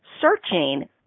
searching